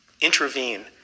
intervene